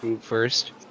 first